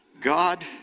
God